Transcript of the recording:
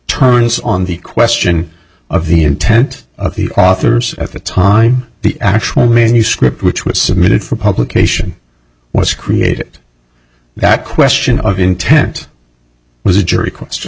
turns on the question of the intent of the authors at the time the actual mean new script which was submitted for publication was created that question of intent was a jury question